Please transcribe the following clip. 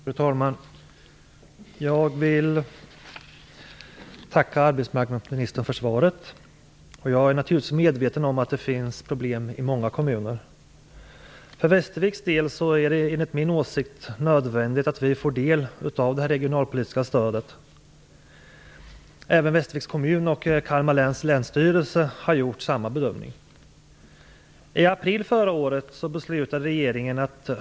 Fru talman! Jag vill tacka arbetsmarknadsministern för svaret. Jag är naturligtvis medveten om att det finns problem i många kommuner. För Västerviks del är det enligt min åsikt nödvändigt att vi får del av det regionalpolitiska stödet. Västerviks kommun och Kalmar läns länsstyrelse har gjort samma bedömning.